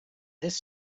this